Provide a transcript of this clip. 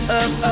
up